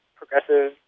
progressive